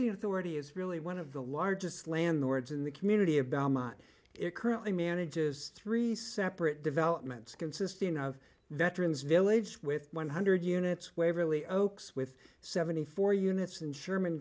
housing authority is really one of the largest landlords in the community of belmont it currently manages three separate developments consisting of veterans village with one hundred units waverley oaks with seventy four units and sherman